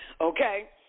Okay